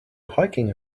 hiking